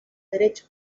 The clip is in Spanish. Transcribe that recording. derecho